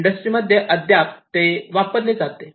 इंडस्ट्रीमध्ये अध्याप ते वापरले जाते